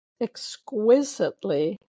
exquisitely